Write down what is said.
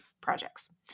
projects